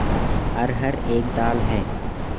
अरहर एक दाल है